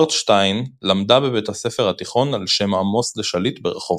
ארטשטיין למדה בבית הספר התיכון ע"ש עמוס דה-שליט ברחובות.